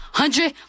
hundred